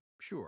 Sure